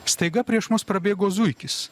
staiga prieš mus prabėgo zuikis